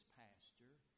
pasture